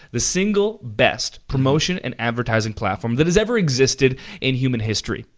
the single best promotion and advertising platform that has ever existed in human history.